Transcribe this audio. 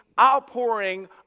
outpouring